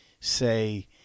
say